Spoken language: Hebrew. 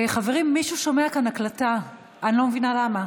מישהו שומע כאן הקלטה, אני לא מבינה למה.